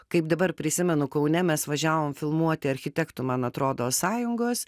kaip dabar prisimenu kaune mes važiavom filmuoti architektų man atrodo sąjungos